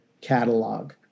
catalog